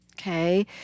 Okay